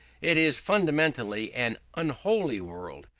it is fundamentally an unholy world.